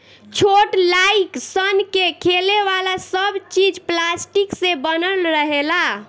छोट लाइक सन के खेले वाला सब चीज़ पलास्टिक से बनल रहेला